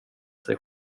sig